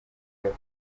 gato